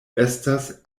estas